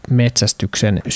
metsästyksen